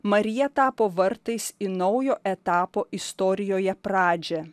marija tapo vartais į naujo etapo istorijoje pradžią